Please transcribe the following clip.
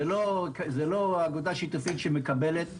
זה לא אגודה שיתופית שמקבלת,